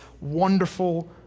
wonderful